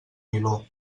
niló